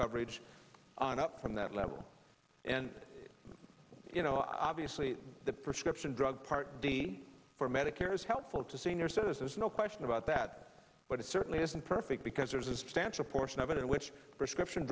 coverage on up from that level and you know i obviously the prescription drug part d for medicare is helpful to senior citizens no question about that but it certainly isn't perfect because there's a substantial portion of it which prescription